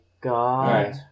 God